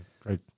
Great